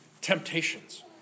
temptations